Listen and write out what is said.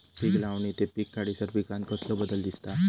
पीक लावणी ते पीक काढीसर पिकांत कसलो बदल दिसता?